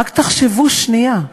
רק תחשבו שנייה.